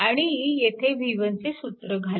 आणि येथे v1चे सूत्र घाला